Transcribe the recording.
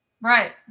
Right